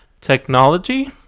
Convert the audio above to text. Technology